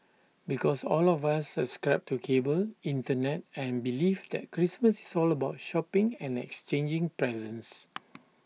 because all of us subscribe to cable Internet and belief that Christmas is all about shopping and exchanging presents